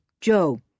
Joe